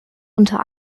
unter